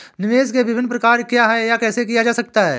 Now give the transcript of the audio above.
निवेश के विभिन्न प्रकार क्या हैं यह कैसे किया जा सकता है?